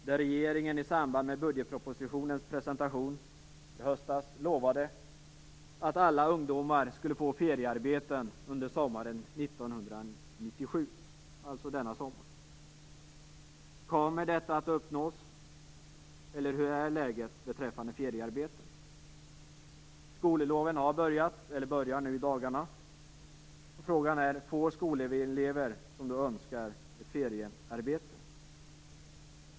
I samband med presentationen av budgetpropositionen i höstas lovade regeringen att alla ungdomar skulle få feriearbeten under sommaren 1997, alltså denna sommar. Kommer detta att uppnås, eller vilket är läget när det gäller feriearbeten? Skolloven har börjat eller börjar nu i dagarna. Frågan är: Får de skolelever som då önskar ett feriearbete?